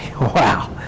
Wow